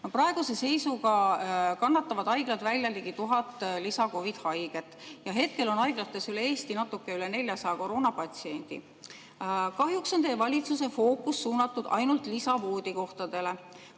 Praeguse seisuga kannatavad haiglad välja ligi 1000 uut COVID‑i haiget ja hetkel on haiglates üle Eesti natuke üle 400 koroonapatsiendi. Kahjuks on teie valitsuse fookus suunatud ainult lisavoodikohtadele.